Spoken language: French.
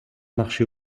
marché